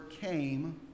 came